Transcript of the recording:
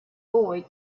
boy